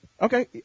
Okay